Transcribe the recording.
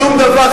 שום דבר,